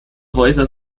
häuser